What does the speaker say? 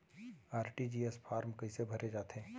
RTGS form कइसे भरे जाथे?